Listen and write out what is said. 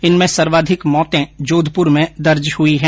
इनमें सर्वाधिक मौतें जोधपुर में दर्ज हुई है